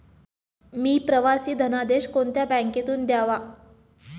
मी प्रवासी धनादेश कोणत्या बँकेतून घ्यावा?